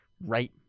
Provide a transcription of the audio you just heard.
right